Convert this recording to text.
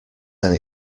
then